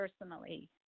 personally